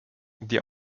die